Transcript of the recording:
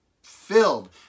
filled